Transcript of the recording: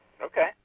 Okay